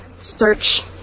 search